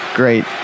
great